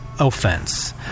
Offense